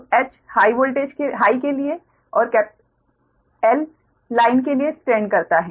तो H high के लिए एवं L लाइन के लिए स्टैंड करता है